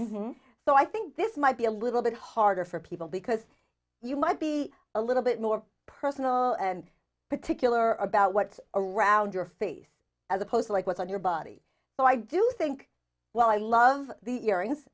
so i think this might be a little bit harder for people because you might be a little bit more personal and particular about what's around your face as opposed to like what's on your body but i do think well i love the earrings